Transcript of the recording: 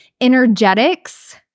energetics